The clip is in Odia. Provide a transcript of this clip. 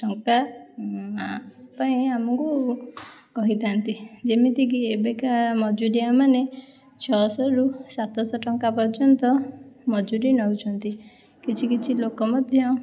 ଟଙ୍କା ପାଇଁ ଆମକୁ କହିଥାନ୍ତି ଯେମିତିକି ଏବେକା ମଜୁରୀଆମାନେ ଛଅଶହରୁ ସାତଶହ ଟଙ୍କା ପର୍ଯ୍ୟନ୍ତ ମଜୁରୀ ନେଉଛନ୍ତି କିଛି କିଛି ଲୋକ ମଧ୍ୟ